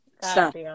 Stop